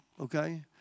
Okay